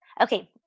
okay